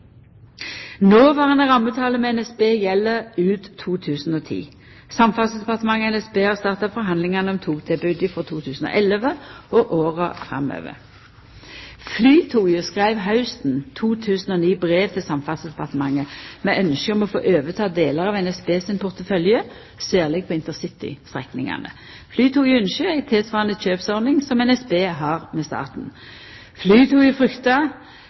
Noverande rammeavtale med NSB gjeld ut 2010. Samferdselsdepartementet og NSB har starta forhandlingane om togtilbodet frå 2011 og åra framover. Flytoget skreiv hausten 2009 brev til Samferdselsdepartementet med ynskje om å få overta delar av NSB sin portefølje, særleg på intercitystrekningane. Flytoget ynskjer ei tilsvarande kjøpsordning som NSB har med staten. Flytoget fryktar